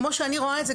כמו שאני רואה את זה,